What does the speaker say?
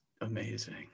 amazing